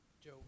Joe